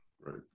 Right